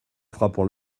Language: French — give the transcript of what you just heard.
frappant